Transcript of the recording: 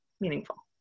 meaningful